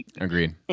Agreed